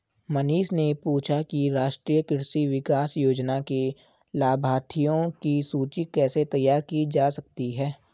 मनीष ने पूछा कि राष्ट्रीय कृषि विकास योजना के लाभाथियों की सूची कैसे तैयार की जा सकती है